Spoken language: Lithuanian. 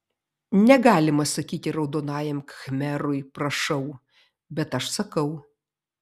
negalima sakyti raudonajam khmerui prašau bet aš sakau